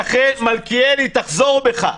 מלכיאלי, תחזור בך.